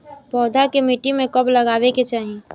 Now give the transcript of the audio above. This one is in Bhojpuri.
पौधा के मिट्टी में कब लगावे के चाहि?